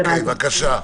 בבקשה.